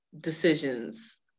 decisions